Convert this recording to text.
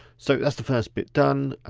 so that's the first bit done.